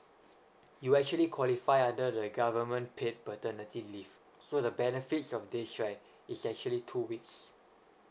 you actually qualify under the government paid paternity leave so the benefits of this right it's actually two weeks